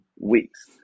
weeks